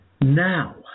Now